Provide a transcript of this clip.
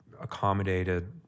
accommodated